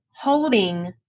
holding